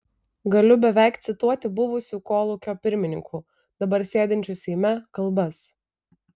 galiu beveik cituoti buvusių kolūkio pirmininkų dabar sėdinčių seime kalbas